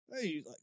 hey